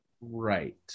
Right